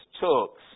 talks